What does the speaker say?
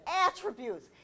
attributes